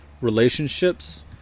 relationships